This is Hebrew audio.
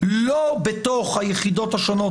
לא בתוך היחידות השונות,